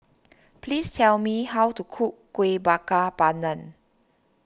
please tell me how to cook Kuih Bakar Pandan